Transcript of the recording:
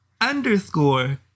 underscore